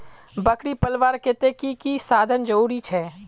बकरी पलवार केते की की साधन जरूरी छे?